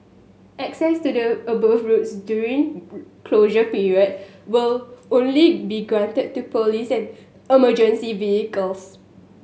access to the above roads during closure period will only be granted to police and emergency vehicles